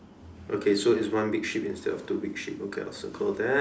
okay so is one big sheep instead of two big sheep okay I will circle that